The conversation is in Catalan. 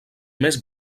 més